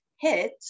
hit